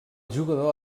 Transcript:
jugador